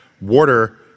water